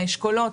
לאשכולות,